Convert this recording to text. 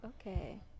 okay